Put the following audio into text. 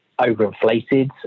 overinflated